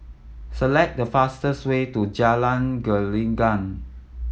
select the fastest way to Jalan Gelenggang